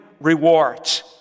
rewards